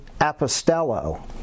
apostello